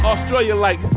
Australia-like